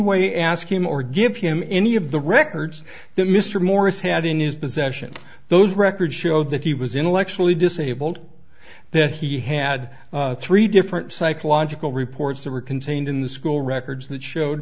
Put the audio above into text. way ask him or give him any of the records that mr morris had in his possession those records showed that he was intellectually disabled that he had three different psychological reports that were contained in the school records that showed